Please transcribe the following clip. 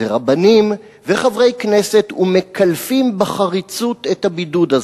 ורבנים וחברי כנסת ומקלפים בחריצות את הבידוד הזה,